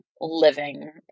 living